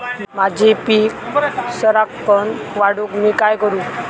माझी पीक सराक्कन वाढूक मी काय करू?